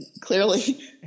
clearly